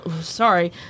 sorry